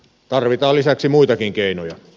tarvitaan lisäksi muitakin keinoja